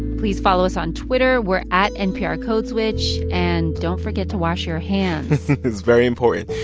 please follow us on twitter. we're at nprcodeswitch. and don't forget to wash your hands it's very important.